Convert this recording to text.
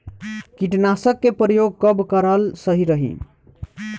कीटनाशक के प्रयोग कब कराल सही रही?